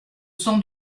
sent